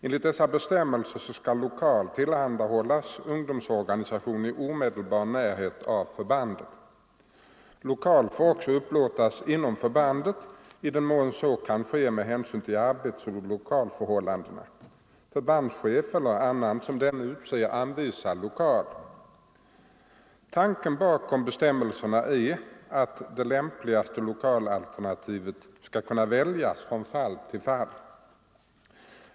Enligt dessa bestämmelser skall lokal tillhandahållas ungdomsorganisation i omedelbar närhet av förbandet. Lokal får också upplåtas inom förbandet i den mån så kan ske med hänsyn till arbetsoch lokalförhållanden. Förbandschef eller annan som denne utser anvisar lokal. Tanken bakom bestämmelserna är att det lämpligaste lokalalternativet skall kunna väljas från fall till fall.